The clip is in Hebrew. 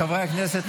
חברי הכנסת,